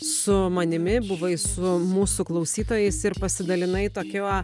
su manimi buvai su mūsų klausytojais ir pasidalinai tokiuo